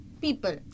people